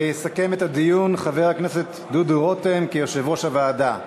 ויסכם את הדיון חבר הכנסת דודו רותם כיושב-ראש הוועדה.